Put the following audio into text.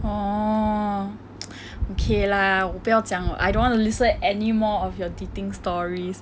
orh okay lah 我不要讲 I don't want to listen anymore of your dating stories